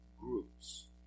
groups